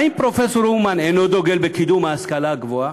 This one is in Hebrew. האם פרופסור אומן אינו דוגל בקידום ההשכלה הגבוהה?